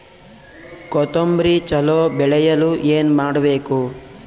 ಕೊತೊಂಬ್ರಿ ಚಲೋ ಬೆಳೆಯಲು ಏನ್ ಮಾಡ್ಬೇಕು?